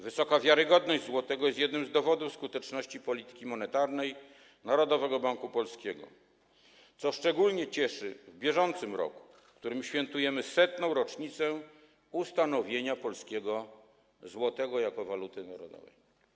Wysoka wiarygodność złotego jest jednym z dowodów skuteczności polityki monetarnej Narodowego Banku Polskiego, co szczególnie cieszy w br., w którym świętujemy setną rocznicę ustanowienia polskiego złotego jako waluty narodowej.